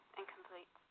incomplete